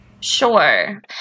Sure